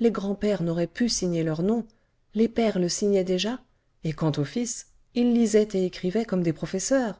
les grands-pères n'auraient pu signer leur nom les pères le signaient déjà et quant aux fils ils lisaient et écrivaient comme des professeurs